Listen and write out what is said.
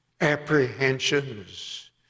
apprehensions